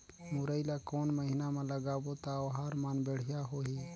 मुरई ला कोन महीना मा लगाबो ता ओहार मान बेडिया होही?